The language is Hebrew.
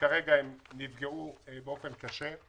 שנפגעו באופן קשה,